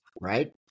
Right